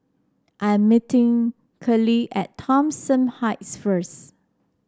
I am meeting Keli at Thomson Heights first